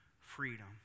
freedom